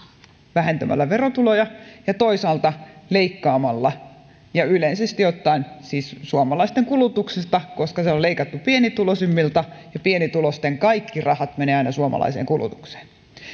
vähentämällä verotuloja ja toisaalta leikkaamalla yleisesti ottaen siis suomalaisten kulutuksesta koska on leikattu pienituloisimmilta ja pienituloisten kaikki rahat menevät aina suomalaiseen kulutukseen